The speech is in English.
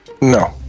no